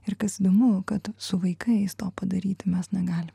ir kas įdomu kad su vaikais to padaryti mes negalime